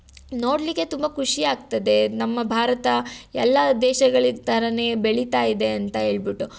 ನೋಡ್ಲಿಕ್ಕೆ ತುಂಬ ಖುಷಿ ಆಗ್ತದೆ ನಮ್ಮ ಭಾರತ ಎಲ್ಲ ದೇಶಗಳದ್ ಥರನೇ ಬೆಳೀತಾ ಇದೆ ಅಂತ ಹೇಳ್ಬಿಟ್ಟು